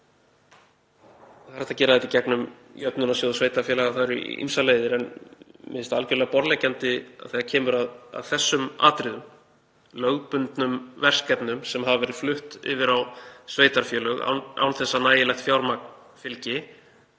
Það er hægt að gera þetta í gegnum Jöfnunarsjóð sveitarfélaga. Það eru ýmsar leiðir. En mér finnst algerlega borðleggjandi að þegar kemur að þessum atriðum, lögbundnum verkefnum sem hafa verið flutt yfir á sveitarfélög án þess að nægilegt fjármagn fylgi,